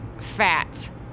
fat